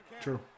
True